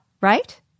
right